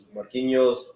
Marquinhos